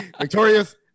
victorious